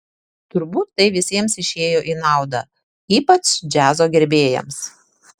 turbūt tai visiems išėjo į naudą ypač džiazo gerbėjams